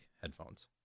headphones